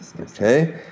Okay